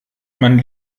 man